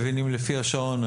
מ1: אני